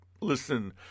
listen